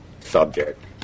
Subject